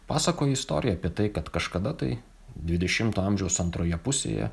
pasakojo istoriją apie tai kad kažkada tai dvidešimto amžiaus antroje pusėje